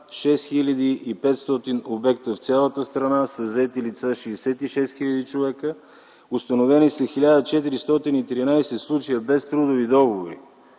6500 обекта в цялата страна със заети лица 66 хил. човека. Установени са 1413 случая без трудови договори